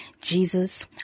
jesus